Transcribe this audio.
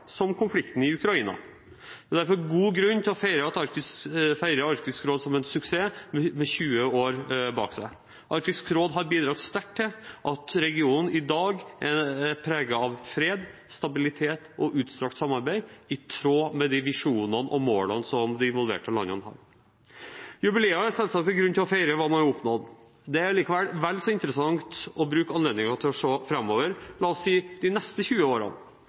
som konflikten i Ukraina. Det er derfor god grunn til å feire Arktisk råd som en suksess, med 20 år bak seg. Arktisk råd har bidratt sterkt til at regionen i dag er preget av fred, stabilitet og utstrakt samarbeid, i tråd med visjonene og målene de involverte landene har. Jubileer er selvsagt en grunn til å feire hva man har oppnådd. Det er likevel vel så interessant å bruke anledningen til å se framover – la oss si de neste 20 årene.